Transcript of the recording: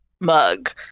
mug